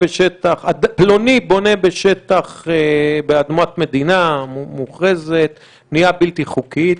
פלוני בונה בשטח אדמת מדינה מוכרזת בנייה בלתי חוקית,